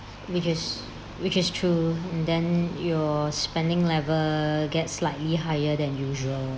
which is which is true then your spending level get slightly higher than usual